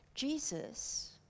Jesus